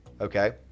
okay